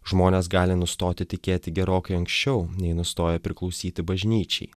žmonės gali nustoti tikėti gerokai anksčiau nei nustoja priklausyti bažnyčiai